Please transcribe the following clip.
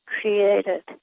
created